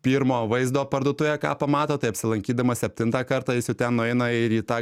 pirmo vaizdo parduotuvėje ką pamato tai apsilankydamas septintą kartą jis jau ten nueina ir į tą